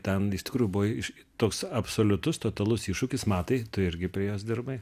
ten iš tikrųjų buvai toks absoliutus totalus iššūkis matai tu irgi prie jos dirbai